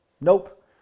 Nope